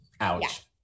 Ouch